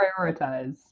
prioritize